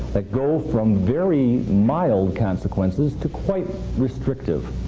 that go from very mild consequences, to quite restrictive.